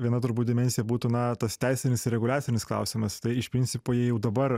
viena turbūt dimensija būtų na tas teisinis ir reguliacinis klausimas tai iš principo jie jau dabar